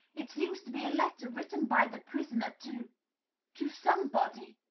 it seems to be a letter written by the prisoner to to somebody.